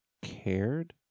cared